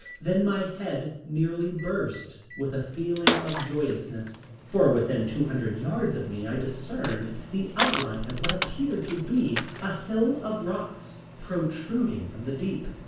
then my head nearly burst with a feeling of joyousness, for within two hundred yards of me i discerned the outline of what appeared to be a hill of rocks protruding from the deep,